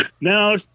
No